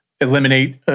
eliminate